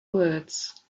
words